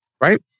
right